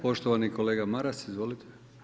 Poštovani kolega Maras, izvolite.